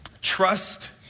trust